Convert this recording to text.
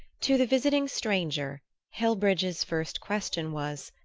to the visiting stranger hillbridge's first question was,